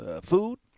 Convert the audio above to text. food